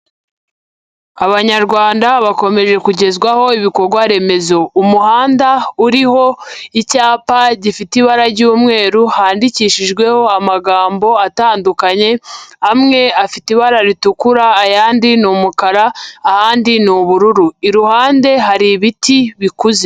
Abanyarwanda bakomeje kugezwaho ibikorwaremezo. Umuhanda uriho icyapa gifite ibara ry'umweru, handikishijweho amagambo atandukanye, amwe afite ibara ritukura, ayandi ni umukara, ahandi ni ubururu. Iruhande hari ibiti bikuze.